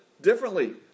differently